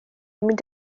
mynd